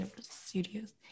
Studios